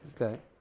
okay